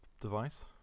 device